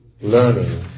learning